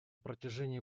протяжении